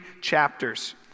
chapters